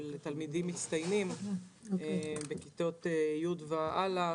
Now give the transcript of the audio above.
של תלמידים מצטיינים בכיתות י' והלאה,